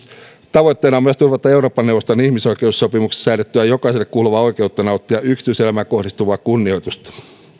tavoitteena on myös turvata euroopan neuvoston ihmisoikeussopimuksessa säädettyä jokaiselle kuuluvaa oikeutta nauttia yksityiselämään kohdistuvaa kunnioitusta